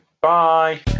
Bye